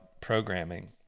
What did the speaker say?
programming